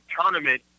tournament